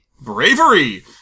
bravery